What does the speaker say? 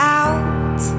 out